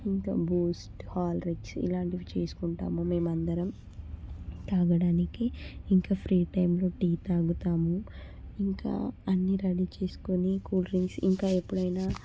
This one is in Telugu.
ఇంకా బూస్ట్ హార్లిక్స్ ఇలాంటి చేసుకుంటాము మేము అందరం తాగడానికి ఇంకా ఫ్రీ టైంలో టీ తాగుతాము ఇంకా అన్నీ రెడీ చేసుకుని కూల్ డ్రింక్స్ ఇంకా ఎప్పుడైనా